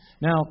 Now